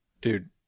dude